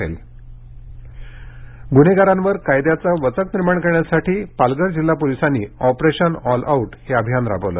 Palghar police गुन्हेगारांवर कायद्याचा वचक निर्माण करण्यासाठी पालघर जिल्हा पोलिसांनी ऑपरेशन ऑलआऊट हे अभियान राबवलं